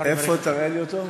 איפה, תראה לי אותם?